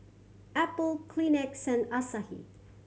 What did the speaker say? Apple Kleenex Asahi